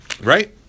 Right